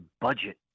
budget